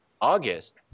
August